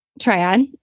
triad